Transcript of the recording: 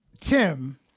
Tim